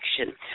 action